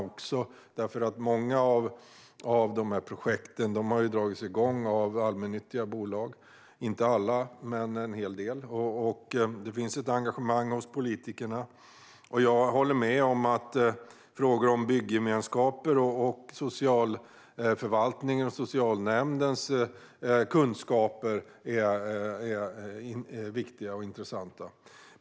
Inte alla, men en hel del av de här projekten har ju dragits igång av allmännyttiga bolag, och det finns ett engagemang hos politikerna. Jag håller med om att frågor om byggemenskaper samt socialförvaltningens och socialnämndens kunskaper är viktiga och intressanta.